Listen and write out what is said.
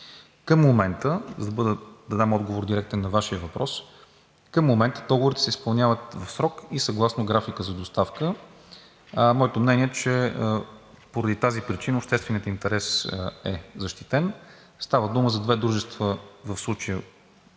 Към момента, за да дам директен отговор на Вашия въпрос, договорите се изпълняват в срок и съгласно графика за доставка. Моето мнение е, че поради тази причина общественият интерес е защитен. Става дума за две дружества, в случая